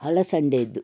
ಹಲಸಂಡೇದು